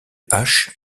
hache